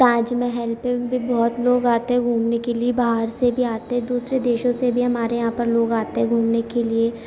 تاج محل پہ بھی بہت لوگ آتے ہیں گھومنے کے لیے باہر سے بھی آتے ہیں دوسرے دیشوں سے بھی ہمارے یہاں پر لوگ آتے ہیں گھومنے کے لیے